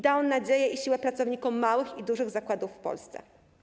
Da nam nadzieję i siłę pracownikom małych i dużych zakładów w Polsce.